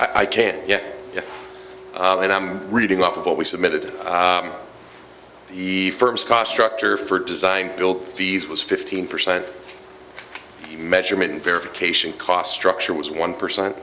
and i can't yet and i'm reading off of what we submitted to the firm's cost structure for design built fees was fifteen percent measurement verification cost structure was one percent